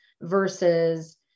versus